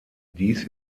dies